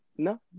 No